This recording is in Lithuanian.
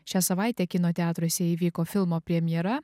šią savaitę kino teatruose įvyko filmo premjera